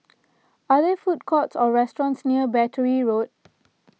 are there food courts or restaurants near Battery Road